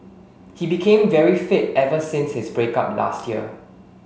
he became very fit ever since his break up last year